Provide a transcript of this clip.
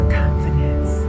confidence